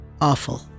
awful